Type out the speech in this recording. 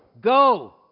Go